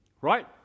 right